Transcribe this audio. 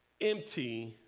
Empty